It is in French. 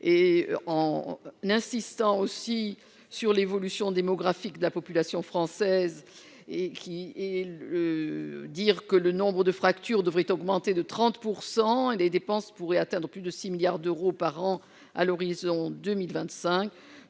et en n'insistant aussi sur l'évolution démographique de la population française et qui est le dire que le nombre de fractures devrait augmenter de 30 % et des dépenses pourraient atteindre plus de 6 milliards d'euros par an à l'horizon 2025